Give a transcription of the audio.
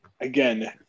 again